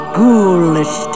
ghoulish